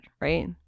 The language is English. right